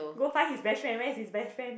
go find his best friend where's he's best friend